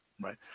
Right